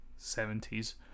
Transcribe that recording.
70s